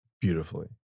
beautifully